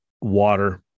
water